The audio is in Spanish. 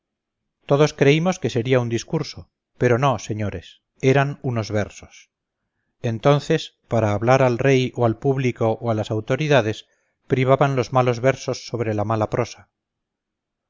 todos creímos que sería un discurso pero no señores eran unos versos entonces para hablar al rey o al público o a las autoridades privaban los malos versos sobre la mala prosa